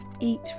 eat